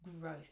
growth